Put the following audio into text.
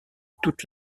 toute